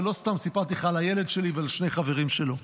לא סתם סיפרתי לך על הילד שלי ועל שני החברים שלו.